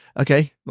okay